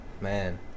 Man